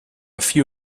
few